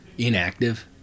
Inactive